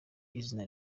izina